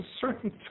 certain